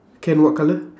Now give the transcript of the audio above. can what colour